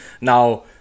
Now